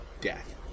death